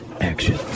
action